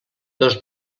dos